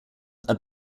are